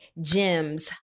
gems